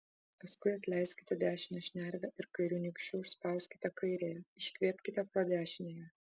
paskui atleiskite dešinę šnervę ir kairiu nykščiu užspauskite kairiąją iškvėpkite pro dešiniąją